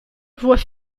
voies